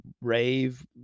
rave